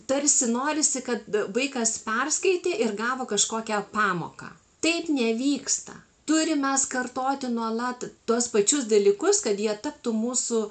tarsi norisi kad vaikas perskaitė ir gavo kažkokią pamoką taip nevyksta turim mes kartoti nuolat tuos pačius dalykus kad jie taptų mūsų